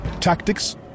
tactics